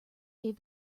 gave